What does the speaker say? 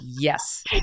yes